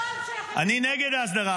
אני נגד ההסדרה,